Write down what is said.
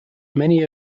many